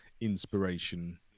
inspiration